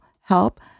help